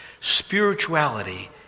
spirituality